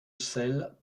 selle